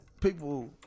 people